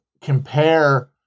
compare